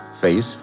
face